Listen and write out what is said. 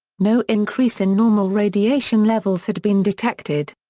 no increase in normal radiation levels had been detected.